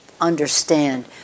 understand